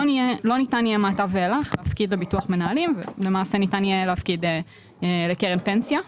ניתן יהיה מעתה ואילך להפקיד לביטוח מנהלים אלא רק לקרן פנסיה.